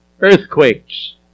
earthquakes